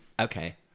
okay